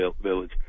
village